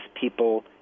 people